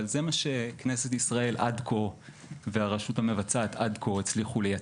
אבל זה מה שכנסת ישראל והרשות המבצעת עד כה הצליחו לייצר.